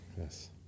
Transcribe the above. Yes